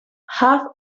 have